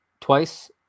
twice